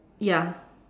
ya